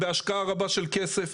בהשקעה רבה של כסף,